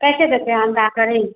कैसे देते हैं अंडा करी